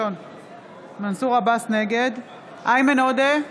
נגד איימן עודה,